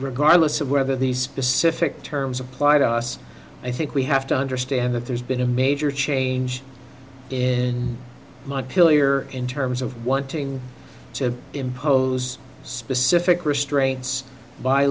regardless of whether these specific terms apply to us i think we have to understand that there's been a major change in my pillar in terms of wanting to impose specific restraints by